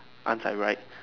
I'm side right